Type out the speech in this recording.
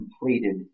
completed